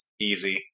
easy